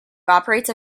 operates